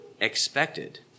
expected